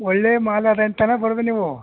ಒಳ್ಳೆಯ ಮಾಲು ಇದೆ ಅಂತನೆ ಬರೋದು ನೀವು